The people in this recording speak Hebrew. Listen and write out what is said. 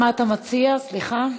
מה אתה מציע, סליחה?